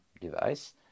device